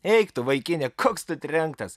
eik tu vaikine koks tu trenktas